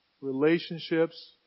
relationships